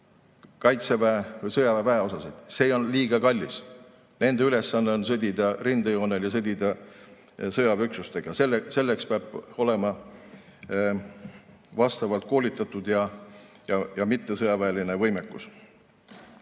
sõjaväe väeosasid, see on liiga kallis. Nende ülesanne on sõdida rindejoonel [vastase] sõjaväeüksustega. Selleks peab olema vastavalt koolitatud ja mittesõjaväeline võimekus.